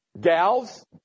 gals